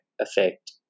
effect